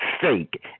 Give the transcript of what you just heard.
fake